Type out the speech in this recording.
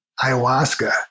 ayahuasca